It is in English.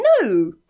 No